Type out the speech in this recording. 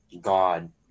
God